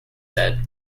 said